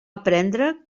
aprendre